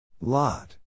Lot